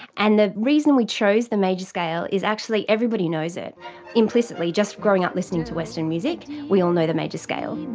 and the reason we chose the major scale is actually everybody knows it implicitly, just growing up listening to western music, we all know the major scale.